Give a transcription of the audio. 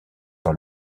par